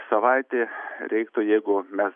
savaitė reiktų jeigu mes